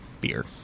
beer